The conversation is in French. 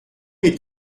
est